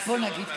אז בוא נגיד ככה: